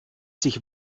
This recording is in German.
sich